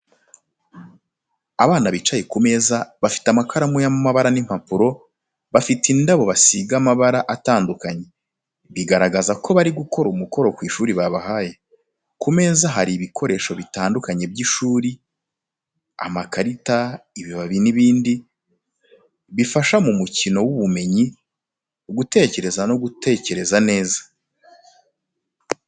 Abana bicaye neza ku meza, bafite amakaramu y'amabara n’impapuro, bafite indabo basigaho amabara atandukanye. Bigaragaza ko bari gukora umukoro kw'ishuri babahaye. Ku meza hari ibikoresho bitandukanye by’ishuri: amakarita, ibibabi n’ibindi, bifasha mu mikino y’ubumenyi, gutekereza no gutekereza neza.